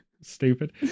stupid